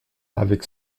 avec